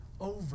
over